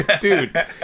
Dude